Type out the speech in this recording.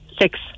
six